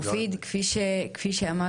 מופיד, כפי שאמרתי